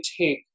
take